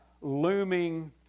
looming